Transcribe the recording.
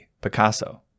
Picasso